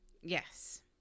Yes